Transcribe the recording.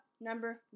number